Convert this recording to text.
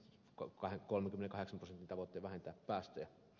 kaukana kolmekymmentä exodus tavoite vähentää päästöjä